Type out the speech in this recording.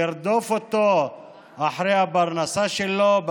לרדוף אותו כשהוא אחרי הפרנסה שלו,